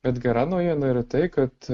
bet gera naujiena yra tai kad